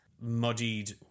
muddied